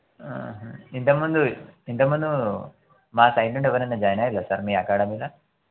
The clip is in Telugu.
ఇంతకుముందు ఇంతకుముందు మా సైడ్ నుండి ఎవరైనా జాయిన్ అయ్యారు కద సార్ మీ అకాడమీల